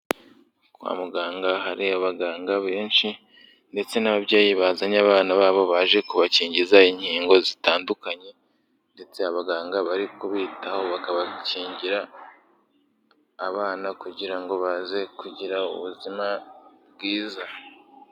Kwa muganga hari abaganga benshi ndetse n'ababyeyi bazanye abana babo, baje kubakingiza inkingo zitandukanye ndetse abaganga bari kubitaho, bakabakingira abana kugira ngo baze kugira ubuzima bwiza.